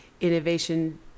innovation